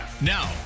Now